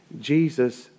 Jesus